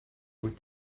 wyt